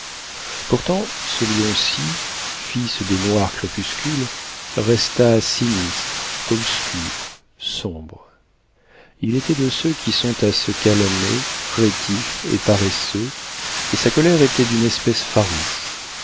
pourtant ce lion ci fils des noirs crépuscules resta sinistre obscur sombre il était de ceux qui sont à se calmer rétifs et paresseux et sa colère était d'une espèce farouche